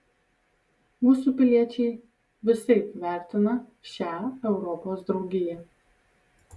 mūsų piliečiai visaip vertina šią europos draugiją